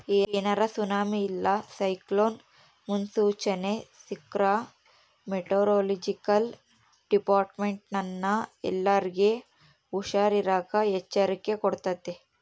ಏನಾರ ಸುನಾಮಿ ಇಲ್ಲ ಸೈಕ್ಲೋನ್ ಮುನ್ಸೂಚನೆ ಸಿಕ್ರ್ಕ ಮೆಟೆರೊಲೊಜಿಕಲ್ ಡಿಪಾರ್ಟ್ಮೆಂಟ್ನ ಎಲ್ಲರ್ಗೆ ಹುಷಾರಿರಾಕ ಎಚ್ಚರಿಕೆ ಕೊಡ್ತತೆ